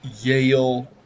Yale